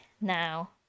now